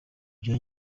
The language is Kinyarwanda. bya